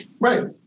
Right